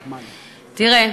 תראה,